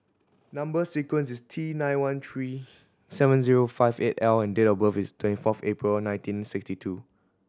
number sequence is T nine one three seven zero five eight L and date of birth is twenty four April nineteen sixty two